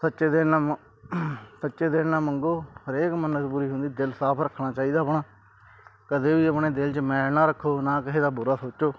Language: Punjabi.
ਸੱਚੇ ਦਿਲ ਨਾਲ ਮ ਸੱਚੇ ਦਿਲ ਨਾਲ ਮੰਗੋ ਹਰੇਕ ਮੰਨਤ ਪੂਰੀ ਹੁੰਦੀ ਦਿਲ ਸਾਫ ਰੱਖਣਾ ਚਾਹੀਦਾ ਆਪਣਾ ਕਦੇ ਵੀ ਆਪਣੇ ਦਿਲ 'ਚ ਮੈਲ ਨਾ ਰੱਖੋ ਨਾ ਕਿਸੇ ਦਾ ਬੁਰਾ ਸੋਚੋ